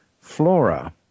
flora